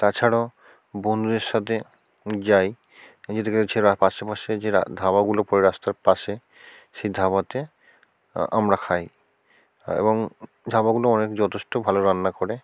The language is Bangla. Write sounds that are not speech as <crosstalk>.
তাছাড়াও বন্ধুদের সাথে যাই নিজে থেকে <unintelligible> পাশেপাশে যে <unintelligible> ধাবাগুলো পড়ে রাস্তার পাশে সেই ধাবাতে আমরা খাই এবং ধাবাগুলো অনেক যথেষ্ট ভালো রান্না করে